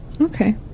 Okay